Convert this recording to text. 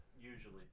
Usually